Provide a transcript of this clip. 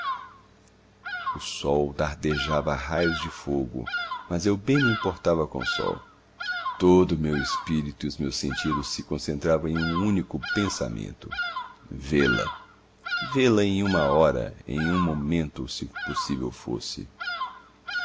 o sol dardejava raios de fogo mas eu nem me importava com o sol todo o meu espírito e os meus sentidos se concentravam em um único pensamento vê-la vê-la em uma hora em um momento se possível fosse